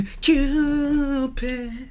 Cupid